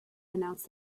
announced